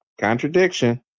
Contradiction